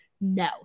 No